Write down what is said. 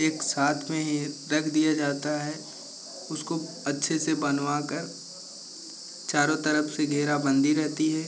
एक साथ में ही रख दिया जाता है उसको अच्छे से बनवाकर चारों तरफ से घेराबंदी रहती है